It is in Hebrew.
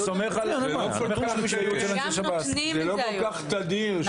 זה לא כל-כך תדיר.